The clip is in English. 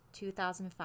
2005